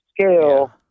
scale